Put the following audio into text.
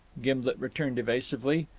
gimblet returned evasively.